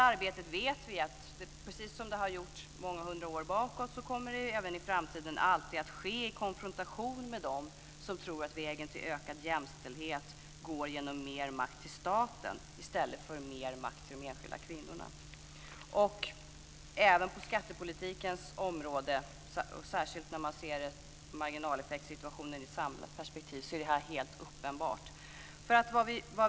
Vi vet att precis som det har varit i många hundra år bakåt kommer det här arbetet även i framtiden alltid att ske i konfrontation med dem som tror att vägen till ökad jämställdhet går genom mer makt till staten i stället för mer makt till de enskilda kvinnorna. Även på skattepolitikens område, särskilt när man ser marginaleffektssituationen i ett samlat perspektiv, är det här helt uppenbart.